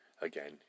Again